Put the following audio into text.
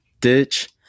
ditch